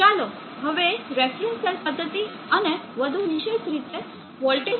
ચાલો હવે reference cell પદ્ધતિ અને વધુ વિશેષ રીતે વોલ્ટેજ સ્કેલિંગ પ્રકાર વિશે ચર્ચા કરીએ